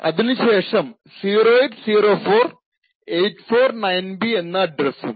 അതിനു ശേഷം 0804849B എന്ന അഡ്രസ്സും